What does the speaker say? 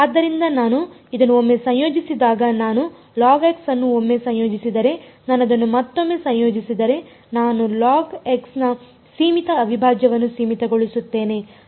ಆದ್ದರಿಂದ ನಾನು ಇದನ್ನು ಒಮ್ಮೆ ಸಂಯೋಜಿಸಿದಾಗ ನಾನು ಅನ್ನು ಒಮ್ಮೆ ಸಂಯೋಜಿಸಿದರೆ ನಾನು ಇದನ್ನು ಮತ್ತೊಮ್ಮೆ ಸಂಯೋಜಿಸಿದರೆ ನಾನು ನ ಸೀಮಿತ ಅವಿಭಾಜ್ಯವನ್ನು ಸೀಮಿತಗೊಳಿಸುತ್ತೇನೆ